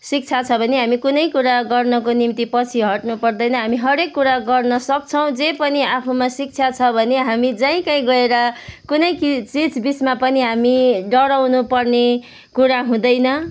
शिक्षा छ भने हामी कुनै कुरा गर्नको निम्ति पछि हट्नु पर्दैन हामी हरेक कुरा गर्न सक्छौँ जे पनि आफूमा शिक्षा छ भने हामी जहीँ कहीँ गएर कुनै चिजबिजमा पनि हामी डराउनु पर्ने कुरा हुँदैन